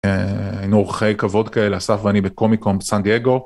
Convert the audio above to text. היינו עורכי כבוד כאלה, אסף ואני בקומיקום סנדיאגו.